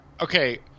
Okay